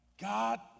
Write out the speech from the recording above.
God